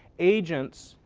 agents,